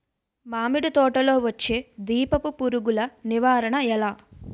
మామిడి తోటలో వచ్చే దీపపు పురుగుల నివారణ ఎలా?